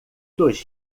dos